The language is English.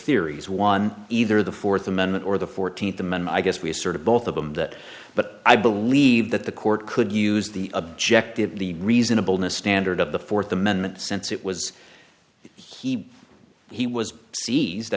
theories one either the fourth amendment or the fourteenth the men i guess we're sort of both of them that but i believe that the court could use the objective the reasonableness standard of the fourth amendment since it was he he was